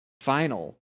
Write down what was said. final